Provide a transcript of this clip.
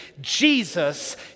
Jesus